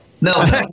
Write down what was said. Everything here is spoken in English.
No